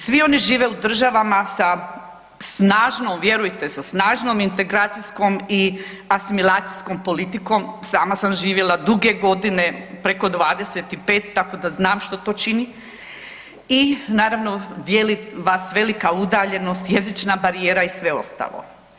Svi oni žive u državama sa snažnom, vjerujte, sa snažnom integracijskom i asimilacijskom politikom, sama sam živjela duge godine, preko 25, tako da znam što to čini i naravno dijeli vas velika udaljenost, jezična barijera i sve ostalo.